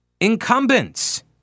Incumbents